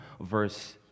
verse